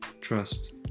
trust